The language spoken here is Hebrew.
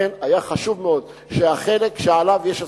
לכן היה חשוב מאוד שיובא החלק שעליו יש הסכמה,